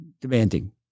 Demanding